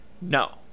No